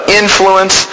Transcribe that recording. influence